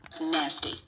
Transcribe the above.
Nasty